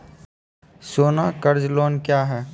सोना कर्ज लोन क्या हैं?